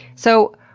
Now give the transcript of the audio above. so,